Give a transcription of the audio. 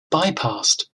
bypassed